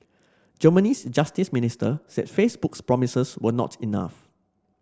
Germany's justice minister said Facebook's promises were not enough